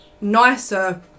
nicer